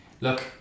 look